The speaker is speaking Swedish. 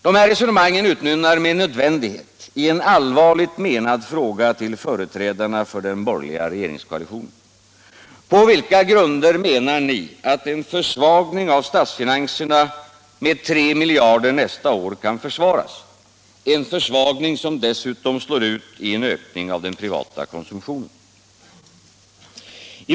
Dessa resonemang utmynnar med nödvändighet i en allvarligt menad fråga till företrädarna för den borgerliga regeringskoalitionen: På vilka grunder menar ni att en försvagning av statsfinanserna på 3 miljarder kronor nästa år kan försvaras — en försvagning som dessutom slår ut i en ökning av den privata konsumtionen?